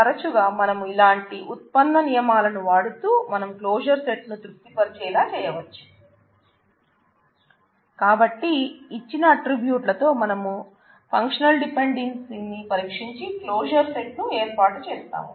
తరచుగా మనం ఇలాంటి ఉత్పన్న నియమాలను వాడుతూ మనం క్లోజర్ సెట్ ను తృప్తి పరిచేలా చేయవచ్చు కాబట్టీ ఇచ్చిన ఆట్రిబ్యూట్ల ను ఏర్పాటు చేస్తాం